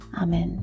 Amen